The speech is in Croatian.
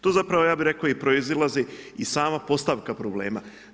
To zapravo ja bih rekao i proizilazi iz samog postavka problema.